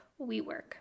WeWork